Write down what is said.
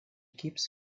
keeps